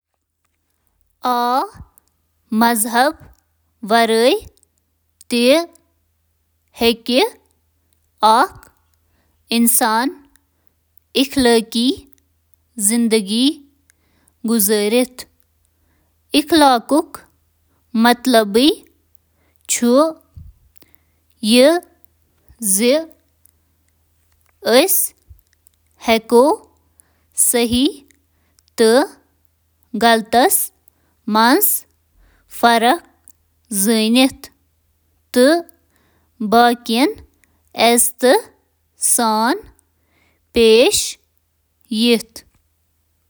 آ، مذہبس وراۓ اخلأقی زندگی گزارُن چُھ ممکن: اقدار، سیکولر انسانیت، وجہ تہٕ سائنس، طرز عمل تہٕ باقی